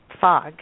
fog